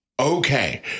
Okay